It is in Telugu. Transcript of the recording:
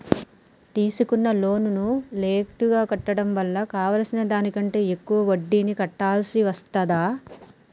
తీసుకున్న లోనును లేటుగా కట్టడం వల్ల కట్టాల్సిన దానికంటే ఎక్కువ వడ్డీని కట్టాల్సి వస్తదా?